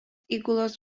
įgulos